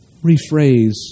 rephrase